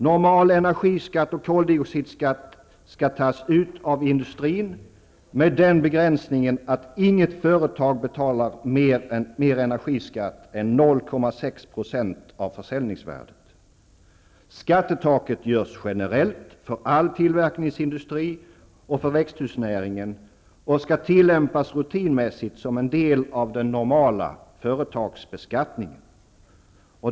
Normal energiskatt och koldioxidskatt skall tas ut av industrin, med den begränsningen att inget företag betalar mer energiskatt än 0,6 % av försäljningsvärdet. Skattetaket görs generellt för all tillverkningsindustri och för växthusnäringen och skall tillämpas rutinmässigt som en del av den normala företagsbeskattningen.